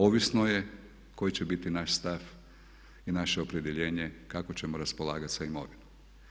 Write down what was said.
Ovisno je koji će biti naš stav i naše opredjeljenje kako ćemo raspolagati sa imovinom.